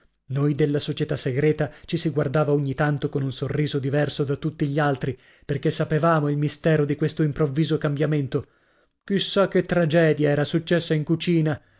noi della società segreta ci si guardava ogni tanto con un sorriso diverso da tutti gli altri perché sapevamo il mistero di questo improvviso cambiamento chi sa che tragedia era successa in cucina